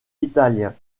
italien